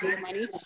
money